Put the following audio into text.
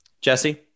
Jesse